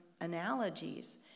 analogies